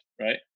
right